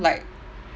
like